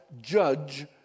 judge